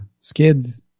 Skids